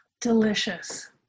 Delicious